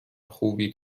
خوبی